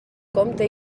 compte